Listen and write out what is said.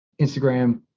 Instagram